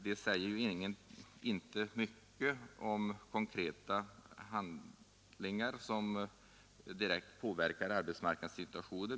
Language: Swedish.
Med undantag för beredskapsarbetena säger svaret inte mycket om konkreta åtgärder, som direkt påverkar arbetssituationen.